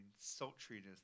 sultriness